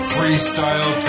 FreeStyle